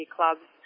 Clubs